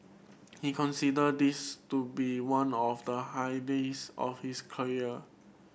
he consider this to be one of the high days of his career